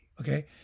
Okay